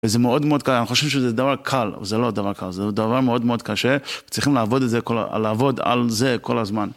וזה מאוד מאוד קל, אני חושב שזה דבר קל, זה לא דבר קל, זה דבר מאוד מאוד קשה, צריכים לעבוד על זה כל הזמן.